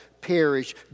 perish